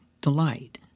delight